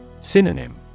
Synonym